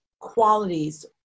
Qualities